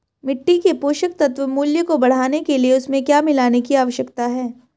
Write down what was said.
मिट्टी के पोषक मूल्य को बढ़ाने के लिए उसमें क्या मिलाने की आवश्यकता है?